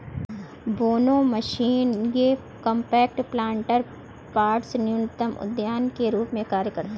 बोने की मशीन ये कॉम्पैक्ट प्लांटर पॉट्स न्यूनतर उद्यान के रूप में कार्य करते है